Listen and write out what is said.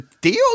deal